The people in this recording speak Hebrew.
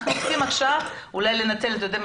אנחנו צריכים עכשיו לנצל את זה.